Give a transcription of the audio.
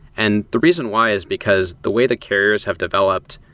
and the reason why is because the way that carriers have developed,